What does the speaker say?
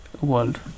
world